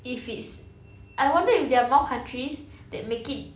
if it's I wonder if they're more countries that make it